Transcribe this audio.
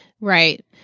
Right